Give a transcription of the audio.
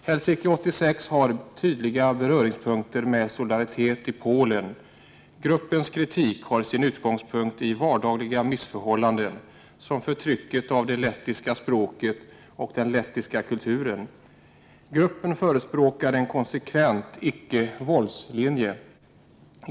”Helsinki-86” har tydliga beröringspunkter med Solidaritet i Polen. Gruppens kritik tar sin utgångspunkt i vardagliga missförhållanden såsom förtrycket av det lettiska språket och kulturen. Gruppen förespråkar en konsekvent icke-våldslinje.